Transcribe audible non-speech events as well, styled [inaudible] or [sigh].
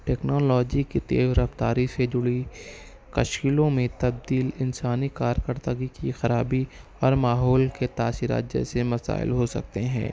technology کی تیز رفتاری سے جڑی [unintelligible] میں تبديل انسانى کارکردگی کی خرابی اور ماحول کے تاثیرات جیسے مسائل ہو سکتے ہیں